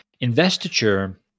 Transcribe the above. investiture